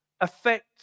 affect